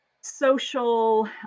social